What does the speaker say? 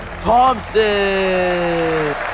Thompson